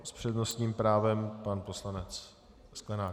S přednostním právem pan poslanec Sklenák.